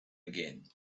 again